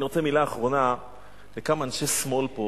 אני רוצה מלה אחרונה לכמה אנשי שמאל פה